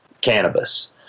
cannabis